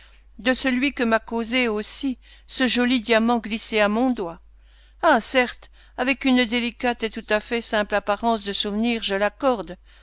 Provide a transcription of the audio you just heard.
de celui que m'a causé aussi ce joli diamant glissé à mon doigt ah certes avec une délicate et tout à fait simple apparence de souvenir je l'accorde